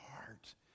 heart